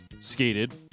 skated